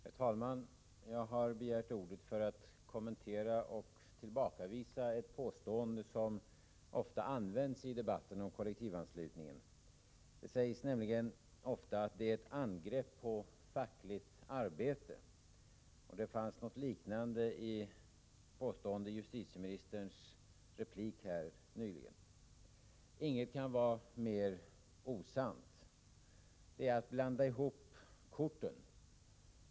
Herr talman! Jag har begärt ordet för att kommentera och tillbakavisa ett påstående som ofta görs i debatten om kollektivanslutningen. Det sägs nämligen ofta att angreppet mot kollektivanslutningen är ett angrepp på det fackliga arbetet. Det fanns ett liknande påstående i justitieministerns replik nyligen. Inget kan vara mer osant. Det är att blanda ihop korten.